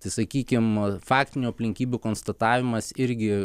tai sakykim faktinių aplinkybių konstatavimas irgi